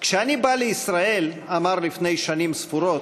כשאני בא לישראל, אמר לפני שנים ספורות,